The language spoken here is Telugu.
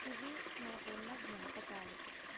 ఇవి నాకున్న జ్ఞాపకాలు